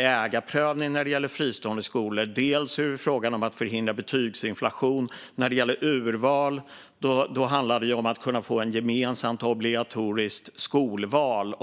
ägarprövning när det gäller fristående skolor, dels frågan om att förhindra betygsinflation. När det gäller urval handlar det om att kunna få till stånd ett gemensamt, obligatoriskt skolval.